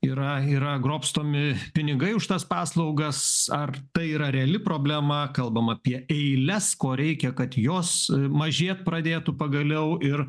yra yra grobstomi pinigai už tas paslaugas ar tai yra reali problema kalbam apie eiles ko reikia kad jos mažėt pradėtų pagaliau ir